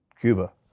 Cuba